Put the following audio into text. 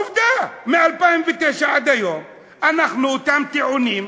עובדה, מ-2009 עד היום אותם טיעונים,